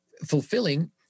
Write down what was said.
fulfilling